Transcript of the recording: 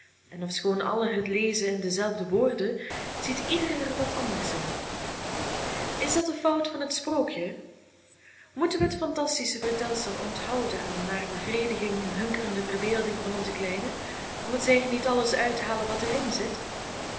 en ofschoon allen het lezen in dezelfde woorden ziet ieder er wat anders in is dat de fout van het sprookje moeten we het fantastische vertelsel onthouden aan de naar bevrediging hunkerende verbeelding van onze kleinen omdat zij er niet alles uithalen wat er in zit